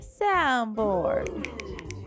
soundboard